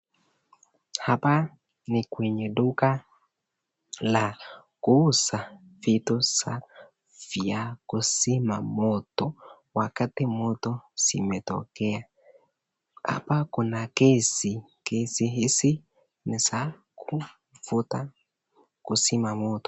Hapa ni kwenye duka la kuuza vitu vya kuzima moto wakati moto zimetokea. Hapa kuna gesi. Gesi hizi ni za kufuta kuzima moto.